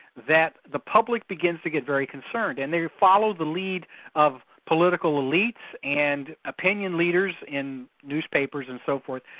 that the public begins to get very concerned, and they follow the lead of political elites and opinion leaders in newspapers and so forth,